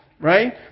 right